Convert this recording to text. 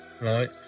right